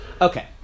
okay